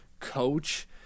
coach